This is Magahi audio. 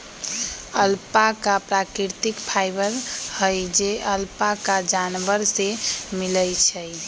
अल्पाका प्राकृतिक फाइबर हई जे अल्पाका जानवर से मिलय छइ